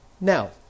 Now